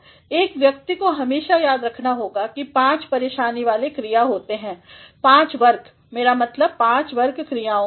एक व्यक्यि को हमेशा याद रखने होगा कि पांच परेशानी वाले क्रिया होते हैं पांच वर्ग मेरा मतलब पांच वर्ग क्रियाओं के